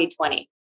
2020